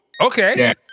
Okay